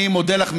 אני מודה לך,